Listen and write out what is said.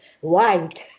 white